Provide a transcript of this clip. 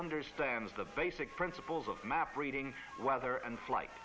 understands the basic principles of map reading weather and flight